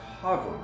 cover